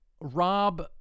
Rob